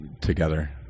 together